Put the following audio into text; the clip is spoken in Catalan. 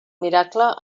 miracle